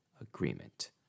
agreement